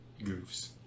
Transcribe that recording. goofs